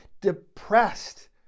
depressed